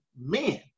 men